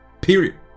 period